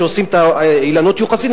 שעושים את אילנות היוחסין,